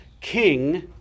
King